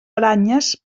aranyes